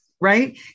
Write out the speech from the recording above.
right